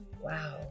wow